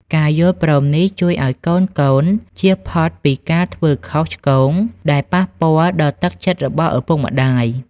ការយល់ព្រមនេះជួយឱ្យកូនៗចៀសផុតពីការធ្វើខុសឆ្គង ដែលប៉ះពាល់ដល់ទឹកចិត្តរបស់ឪពុកម្ដាយ។